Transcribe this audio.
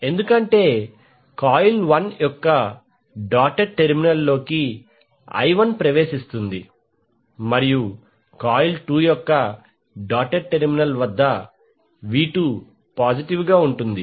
ఎందుకంటే కాయిల్ 1 యొక్క డాటెడ్ టెర్మినల్లోకి i1 ప్రవేశిస్తుంది మరియు కాయిల్ 2 యొక్క డాటెడ్ టెర్మినల్ వద్ద v2 పాజిటివ్ గా ఉంటుంది